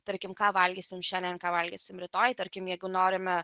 tarkim ką valgysim šiandien ką valgysim rytoj tarkim jeigu norime